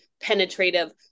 penetrative